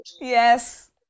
Yes